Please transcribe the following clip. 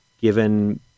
given